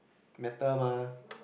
better mah